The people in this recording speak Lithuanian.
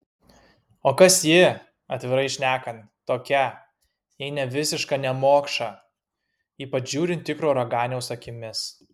o kas ji atvirai šnekant tokia jei ne visiška nemokša ypač žiūrint tikro raganiaus akimis